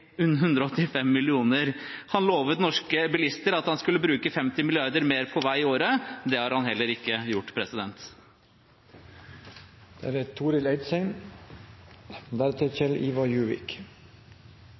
185 000 000 kr. Han lovet norske bilister at han skulle bruke 50 mrd. kr mer på vei i året. Det har han heller ikke gjort.